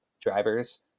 drivers